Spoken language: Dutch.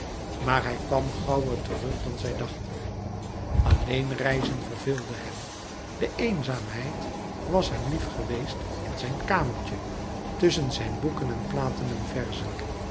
maar hij kwam gauwer terug dan zij dachten alleen reizen verveelde hem de eenzaamheid was hem lief geweest in zijn kamertje tusschen zijn boeken en platen en verzen